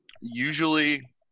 usually